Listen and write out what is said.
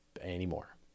anymore